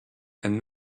and